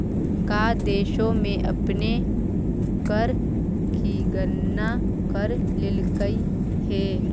का देशों ने अपने कर की गणना कर लेलकइ हे